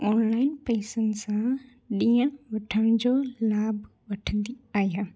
online पैसनि सां ॾियण वठण जो लाभ वठंदी आहियां